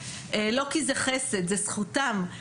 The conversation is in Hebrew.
לא כי זה חסד זו זכותם,